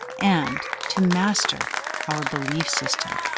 and to master our belief system,